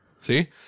See